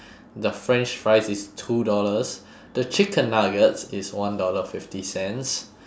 the french fries is two dollars the chicken nuggets is one dollar fifty cents